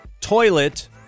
toilet